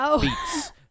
beats